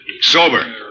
Sober